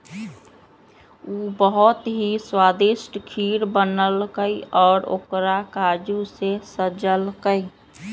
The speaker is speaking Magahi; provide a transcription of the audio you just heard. उ बहुत ही स्वादिष्ट खीर बनल कई और ओकरा काजू से सजल कई